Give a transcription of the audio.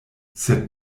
sed